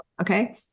okay